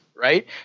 Right